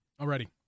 already